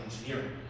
engineering